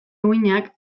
uhinak